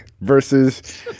Versus